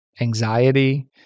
anxiety